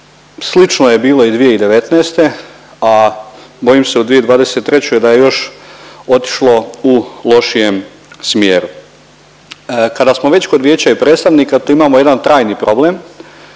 slično je bilo i 2019., a bojim se u 2023. da je još otišlo u lošijem smjeru. Kada smo već kod Vijeća i predstavnika tu imamo jedan trajni problem